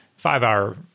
five-hour